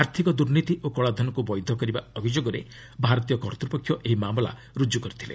ଆର୍ଥିକ ଦୁର୍ନୀତି ଓ କଳାଧନକୁ ବୈଧ କରିବା ଅଭିଯୋଗରେ ଭାରତୀୟ କର୍ତ୍ତୃପକ୍ଷ ଏହି ମାମଲା ରୁଜୁ କରିଥିଲେ